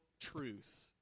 truth